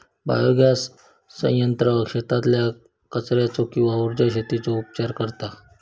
biogas संयंत्र शेतातल्या कचर्याचो किंवा उर्जा शेतीचो उपचार करता